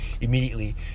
immediately